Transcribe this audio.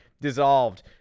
dissolved